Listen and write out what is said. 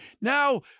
Now